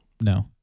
No